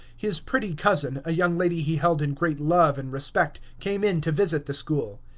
his pretty cousin, a young lady he held in great love and respect, came in to visit the school.